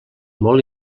molt